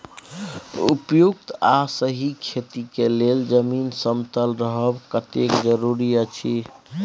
उपयुक्त आ सही खेती के लेल जमीन समतल रहब कतेक जरूरी अछि?